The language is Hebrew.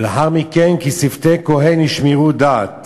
ולאחר מכן: "כי שפתי כהן ישמרו דעת